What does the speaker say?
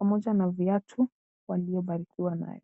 pamoja na viatu walivyobarikiwa navyo.